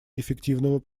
эффективного